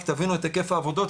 רק תבינו את היקף העבודות,